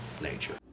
nature